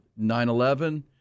9-11